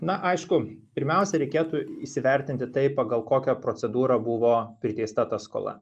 na aišku pirmiausia reikėtų įsivertinti tai pagal kokią procedūrą buvo priteista ta skola